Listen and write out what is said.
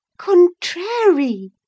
contrary